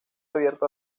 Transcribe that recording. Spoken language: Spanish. abierto